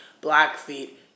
Blackfeet